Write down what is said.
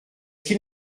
qu’il